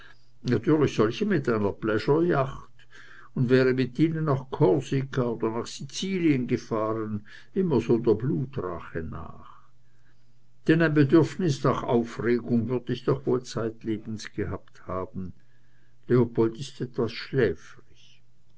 natürlich solche mit einer pleasure yacht und wäre mit ihnen nach korsika oder nach sizilien gefahren immer der blutrache nach denn ein bedürfnis nach aufregung würd ich doch wohl zeitlebens gehabt haben leopold ist etwas schläfrig